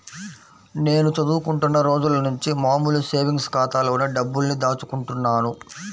నేను చదువుకుంటున్న రోజులనుంచి మామూలు సేవింగ్స్ ఖాతాలోనే డబ్బుల్ని దాచుకుంటున్నాను